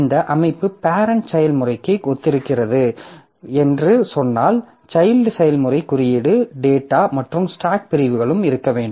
இந்த அமைப்பு பேரெண்ட் செயல்முறைக்கு ஒத்திருக்கிறது என்று சொன்னால் சைல்ட் செயல்முறைக்கு குறியீடு டேட்டா மற்றும் ஸ்டாக் பிரிவுகளும் இருக்க வேண்டும்